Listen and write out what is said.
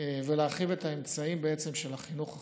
ולהרחיב את האמצעים של החינוך החובה,